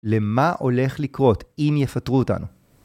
מה, הולך לקרות, אם יפטרו אותנו?